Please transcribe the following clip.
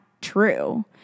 true